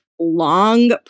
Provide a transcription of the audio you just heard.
Long